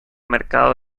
mercado